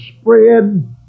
spread